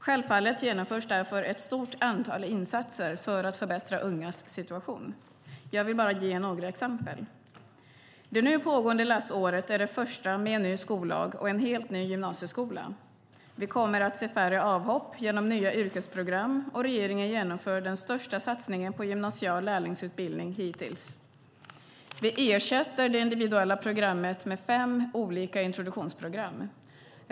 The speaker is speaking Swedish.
Självfallet genomförs därför ett stort antal insatser för att förbättra ungas situation. Jag vill ge några exempel. Det nu pågående läsåret är det första med en ny skollag och en helt ny gymnasieskola. Vi kommer att se färre avhopp genom nya yrkesprogram, och regeringen genomför den största satsningen på gymnasial lärlingsutbildning hittills. Vi ersätter det individuella programmet med fem olika introduktionsprogram.